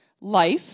life